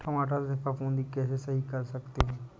टमाटर से फफूंदी कैसे सही कर सकते हैं?